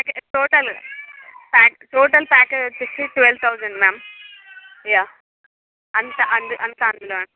ప్యాకే total package వచ్చేసి twelve thousand ma'am యా అంత అంత అందులో